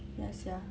ya sia